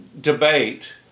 debate